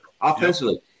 offensively